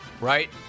right